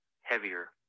heavier